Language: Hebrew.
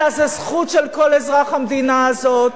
אלא זה זכות של כל אזרח המדינה הזאת.